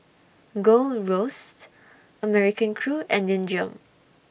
Gold Roast American Crew and Nin Jiom